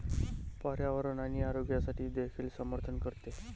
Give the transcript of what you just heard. पर्यावरण आणि आरोग्यासाठी देखील समर्थन करते